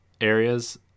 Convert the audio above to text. areas